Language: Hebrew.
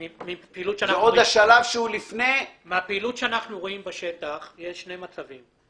זה עוד השלב שלפני --- מהפעילות שאנחנו רואים בשטח יש שני מצבים.